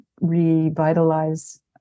revitalize